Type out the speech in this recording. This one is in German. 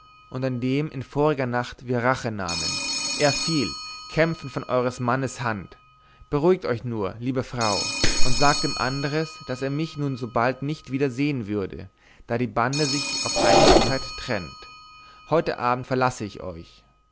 und an dem in voriger nacht wir rache nahmen er fiel kämpfend von eures mannes hand beruhigt euch nur liebe frau und sagt dem andres daß er mich nun so bald nicht wieder sehen würde da die bande sich auf einige zeit trennt heute abend verlasse ich euch